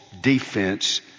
defense